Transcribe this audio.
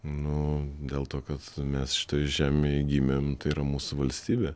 nu dėl to kad mes šitoj žemėj gimėm tai yra mūsų valstybė